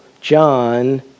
John